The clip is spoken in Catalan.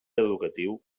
educatiu